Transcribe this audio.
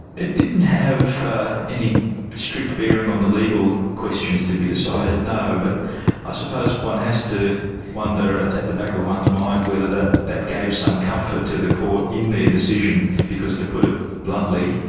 it didn't have ah any strict bearing on the legal questions to be decided, no, but i suppose one has to wonder at the back of one's mind whether that that gave some comfort to the court in their decision because, to put it bluntly,